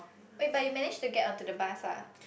wait but you manage to get onto the bus ah